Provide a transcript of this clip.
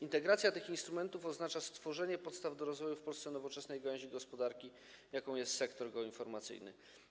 Integracja tych instrumentów oznacza stworzenie podstaw do rozwoju w Polsce nowoczesnej gałęzi gospodarki, jaką jest sektor geoinformacyjny.